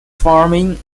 farming